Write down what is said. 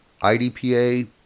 IDPA